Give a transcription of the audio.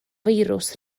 firws